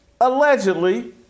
allegedly